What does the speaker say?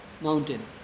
mountain